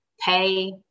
pay